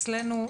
אצלנו,